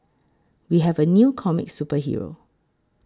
we have a new comic superhero